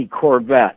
Corvette